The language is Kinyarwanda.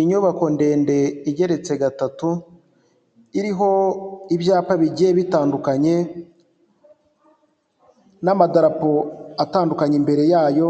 Inyubako ndende igeretse gatatu iriho ibyapa bigiye bitandukanye n'amadarapo atandukanye imbere yayo,